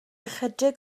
ychydig